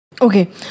okay